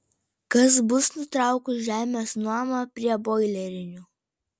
kas bus nutraukus žemės nuomą prie boilerinių